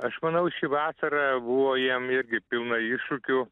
aš manau ši vasara buvo jiem irgi pilna iššūkių